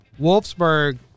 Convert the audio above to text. Wolfsburg